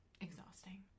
exhausting